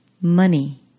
money